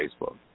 Facebook